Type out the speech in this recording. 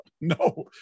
No